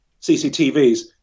CCTVs